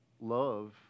love